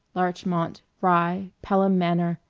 larchmont, rye, pelham manor,